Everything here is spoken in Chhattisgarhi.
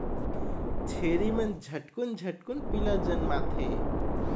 छेरी मन झटकुन झटकुन पीला जनमाथे